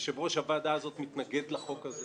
יושב-ראש הוועדה הזאת מתנגד לחוק הזה.